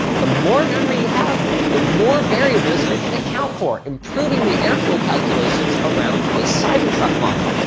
the more memory you have, the more variables you can account for, improving the airflow calculations around this cybertruck model.